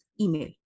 email